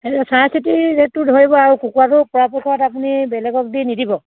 চাই চিতি ৰেটটো ধৰিব আৰু কুকুৰাটো পৰাপক্ষত আপুনি বেলেগক দি নিদিব